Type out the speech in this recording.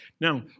Now